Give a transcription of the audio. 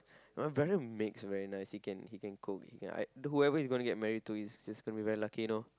my brother bakes very nice he can he can cook whoever he's going to get married to is just going to be very lucky you know